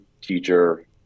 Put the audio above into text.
teacher